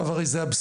זה הרי אבסורד.